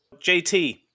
JT